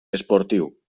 esportiu